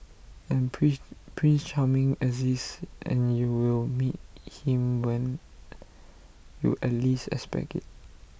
and prince Prince charming exists and you will meet him when you at least expect IT